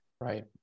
Right